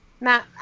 matt